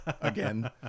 again